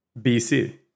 BC